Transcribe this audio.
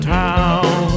town